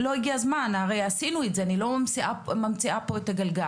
לא הגיע הזמן כי הרי עשינו את זה ואני לא ממציאה פה את הגלגל,